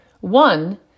One